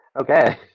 Okay